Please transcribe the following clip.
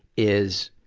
is,